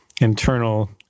internal